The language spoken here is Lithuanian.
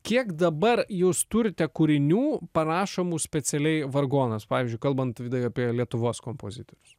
kiek dabar jūs turite kūrinių parašomų specialiai vargonams pavyzdžiui kalbant vidai apie lietuvos kompozitorius